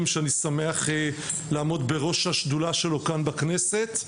שאני שמח לעמוד בראש השדולה שלו כאן בכנסת.